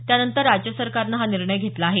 त्यानंतर राज्य सरकारने हा निर्णय घेतला आहे